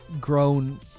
grown